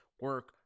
Work